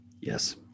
Yes